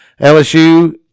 LSU